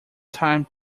time